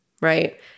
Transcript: right